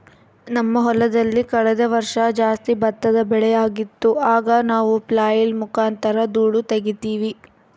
ನಮ್ಮ ಹೊಲದಲ್ಲಿ ಕಳೆದ ವರ್ಷ ಜಾಸ್ತಿ ಭತ್ತದ ಬೆಳೆಯಾಗಿತ್ತು, ಆಗ ನಾವು ಫ್ಲ್ಯಾಯ್ಲ್ ಮುಖಾಂತರ ಧೂಳು ತಗೀತಿವಿ